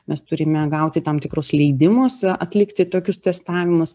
mes turime gauti tam tikrus leidimus atlikti tokius testavimus